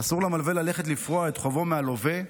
אסור למלווה ללכת לפרוע את חובו מהלווה,